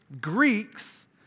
Greeks